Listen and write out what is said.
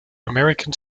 american